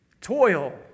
Toil